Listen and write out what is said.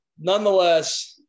nonetheless